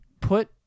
Put